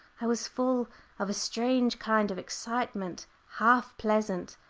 i was full of a strange kind of excitement, half pleasant,